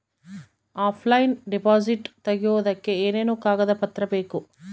Offline deposit ತೆಗಿಯೋದಕ್ಕೆ ಏನೇನು ಕಾಗದ ಪತ್ರ ಬೇಕು?